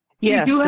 Yes